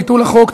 ביטול החוק),